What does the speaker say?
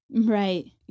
Right